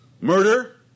murder